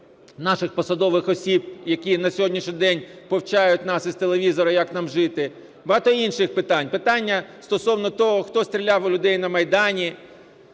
наших посадових осіб, які на сьогоднішній день повчають нас із телевізора, як нам жити, багато інших питань, питання стосовно того, хто стріляв у людей на Майдані.